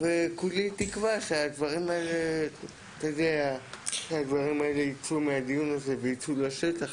וכולי תקווה שהדברים האלה ייצאו מהדיון הזה לשטח